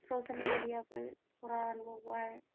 social media viral वराइल हुआ है